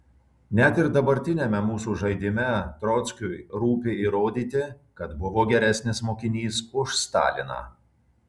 net ir dabartiniame mūsų žaidime trockiui rūpi įrodyti kad buvo geresnis mokinys už staliną